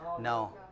No